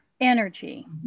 energy